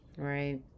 right